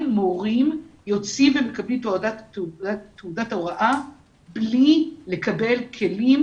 מורים יוצאים ומקבלים תעודת הוראה בלי לקבל כלים.